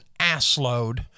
assload